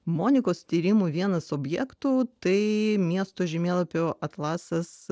monikos tyrimų vienas objektų tai miesto žemėlapio atlasas